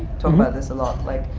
talk about this a lot, like,